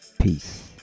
Peace